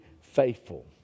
faithful